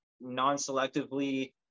non-selectively